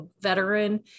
veteran